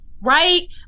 right